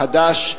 החדש,